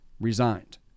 resigned